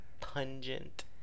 pungent